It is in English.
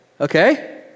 Okay